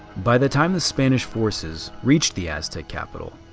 by the time the spanish forces reached the aztec capital,